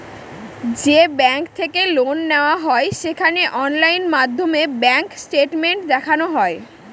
যে ব্যাঙ্ক থেকে লোন নেওয়া হয় সেখানে অনলাইন মাধ্যমে ব্যাঙ্ক স্টেটমেন্ট দেখানো হয়